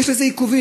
ויש בזה עיכובים.